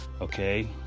okay